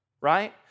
right